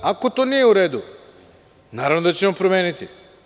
Ako to nije u redu, naravno da ćemo promeniti.